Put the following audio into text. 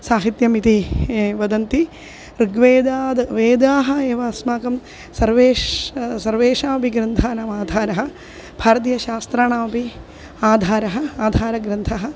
साहित्यमिति वदन्ति ऋग्वेदाद् वेदाः एव अस्माकं सर्वेष् सर्वेषामपि ग्रन्थानाम् आधारः भारतीयशास्त्राणामपि आधारः आधारग्रन्थः